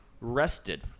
rested